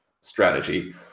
strategy